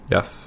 Yes